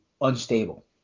unstable